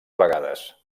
vegades